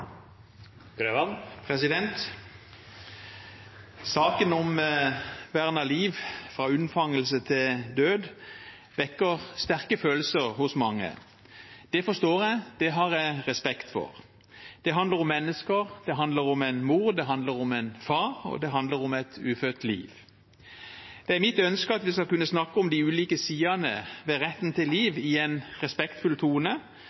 Saken om vern av liv fra unnfangelse til død vekker sterke følelser hos mange. Det forstår jeg, og det har jeg respekt for. Det handler om mennesker, det handler om en mor, det handler om en far, og det handler om et ufødt liv. Mitt ønske er at vi skal kunne snakke om de ulike sidene ved retten til liv i en respektfull tone,